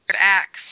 acts